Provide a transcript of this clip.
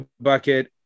bucket